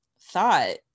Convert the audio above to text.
thought